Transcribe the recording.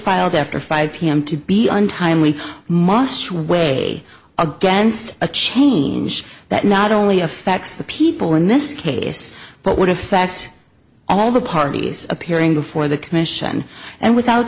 filed after five pm to be untimely moss weigh against a change that not only affects the people in this case but would affect all the parties appearing before the commission and without